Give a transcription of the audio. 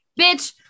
Bitch